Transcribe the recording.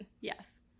Yes